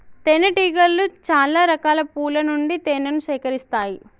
తేనె టీగలు చాల రకాల పూల నుండి తేనెను సేకరిస్తాయి